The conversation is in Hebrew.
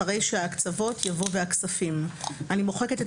אחרי "שההקצבות" יבוא "והכספים"; אני מוחקת את